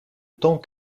temps